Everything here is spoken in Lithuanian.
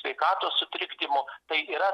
sveikatos sutrikdymų tai yra